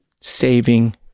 saving